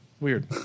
Weird